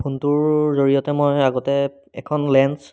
ফোনটোৰ জৰিয়তে মই আগতে এখন লেন্স